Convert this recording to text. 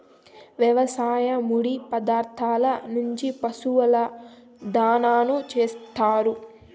వ్యవసాయ ముడి పదార్థాల నుంచి పశువుల దాణాను చేత్తారు